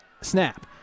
snap